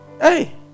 Hey